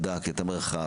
בדק את המרחב,